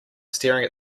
staring